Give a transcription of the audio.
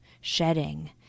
shedding